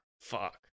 Fuck